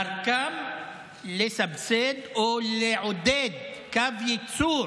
ודרכם לסבסד או לעודד קו ייצור